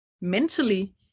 mentally